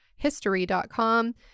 History.com